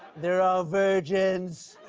they're all virgins.